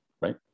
right